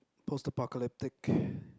post apocalyptic